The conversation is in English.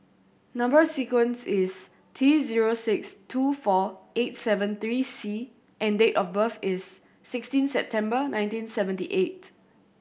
number sequence is T zero six two four eight seven three C and date of birth is sixteen September nineteen seventy eight